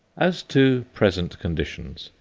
as to present conditions.